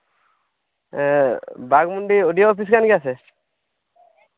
ᱵᱟᱜᱽᱢᱩᱱᱰᱤ ᱚᱰᱤᱭᱳ ᱚᱯᱤᱥ ᱠᱟᱱ ᱜᱮᱭᱟ ᱥᱮ